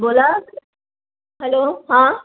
बोला हॅलो हां